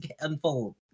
unfold